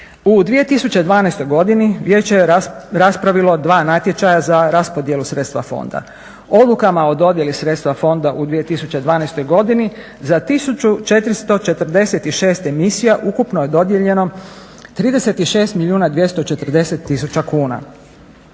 U 2012.godini Vijeće je raspravilo 2 natječaja za raspodjelu sredstva fonda. Odlukama o dodjeli sredstva fonda u 2012.godini za tisuću 446 emisija ukupno je dodijeljeno 36 milijuna